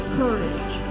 courage